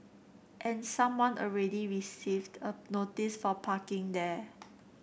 and someone already received a notice for parking there